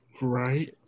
Right